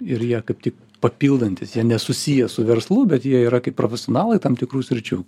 ir jie kaip tik papildantys jie nesusiję su verslu bet jie yra kaip profesionalai tam tikrų sričių